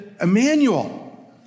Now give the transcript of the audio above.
Emmanuel